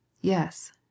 Yes